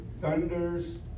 thunders